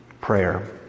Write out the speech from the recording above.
Prayer